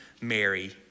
Mary